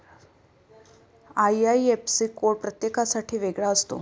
IIFC code प्रत्येकासाठी वेगळा असतो